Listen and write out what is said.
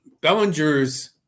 Bellinger's